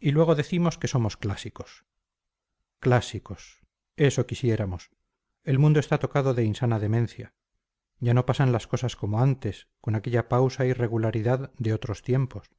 y luego decimos que somos clásicos clásicos eso quisiéramos el mundo está tocado de insana demencia ya no pasan las cosas como antes con aquella pausa y regularidad de otros tiempos